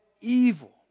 evil